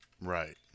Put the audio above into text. Right